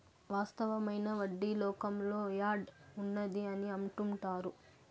వాస్తవమైన వడ్డీ లోకంలో యాడ్ ఉన్నది అని అంటుంటారు